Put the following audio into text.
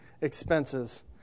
expenses